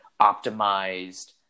optimized